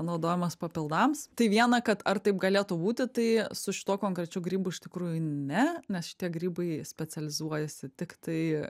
naudojamas papildams tai viena kad ar taip galėtų būti tai su šituo konkrečiu grybu iš tikrųjų ne nes šitie grybai specializuojasi tiktai